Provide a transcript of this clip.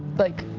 like,